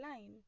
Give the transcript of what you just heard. line